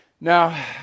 Now